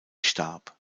starb